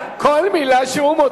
כל מלה שהוא מוציא אתם צריכים לענות.